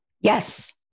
Yes